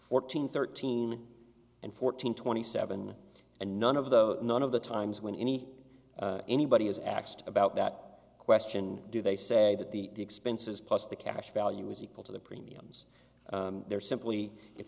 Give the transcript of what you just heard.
fourteen thirteen and fourteen twenty seven and none of the none of the times when any anybody has axed about that question do they say that the expenses plus the cash value is equal to the premiums they're simply if